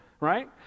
right